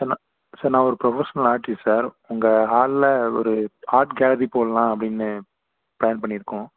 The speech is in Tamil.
சார் நான் சார் நான் ஒரு ப்ரொஃபஷனல் ஆர்ட்டிஸ்ட் சார் உங்கள் ஹாலில் ஒரு ஆர்ட் கேலரி போடலாம் அப்படினு பிளான் பண்ணியிருக்கோம்